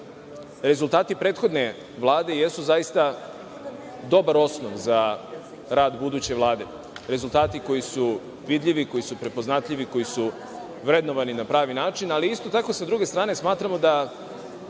rezultati prethodne Vlade jesu zaista dobar osnov za rad buduće Vlade, rezultati koji su vidljivi, koji su prepoznatljivi, koji su vrednovani na pravi način, ali isto tako, s druge strane, smatramo da